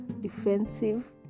defensive